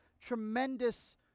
tremendous